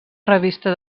revista